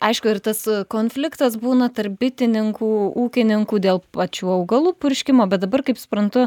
aišku ir tas konfliktas būna tarp bitininkų ūkininkų dėl pačių augalų purškimo bet dabar kaip suprantu